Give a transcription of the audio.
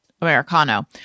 Americano